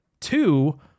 two